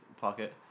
pocket